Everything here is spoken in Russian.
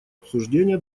обсуждения